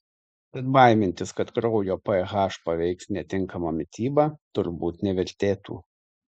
tad baimintis kad kraujo ph paveiks netinkama mityba turbūt nevertėtų